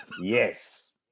Yes